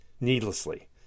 needlessly